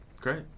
Great